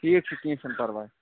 ٹھیٖک چھُ کیٚنٛہہ چھُنہٕ پرواے